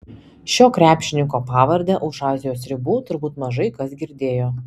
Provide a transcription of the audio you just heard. šio krepšininko pavardę už azijos ribų turbūt mažai kas girdėjo